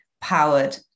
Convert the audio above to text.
powered